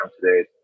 today